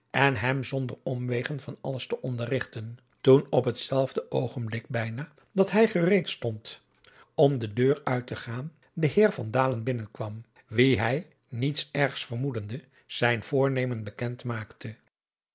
en hem zonder omwegen van alles te onderrigten toen op het zelfde oogenblik bijna dat hij gereed stond om de adriaan loosjes pzn het leven van johannes wouter blommesteyn deur uit te gaan de heer van dalen binnenkwam wien hij niets ergs vermoedende zijn voornemen bekend maakte